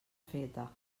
feta